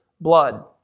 blood